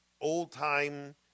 old-time